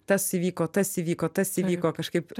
tas įvyko tas įvyko tas įvyko kažkaip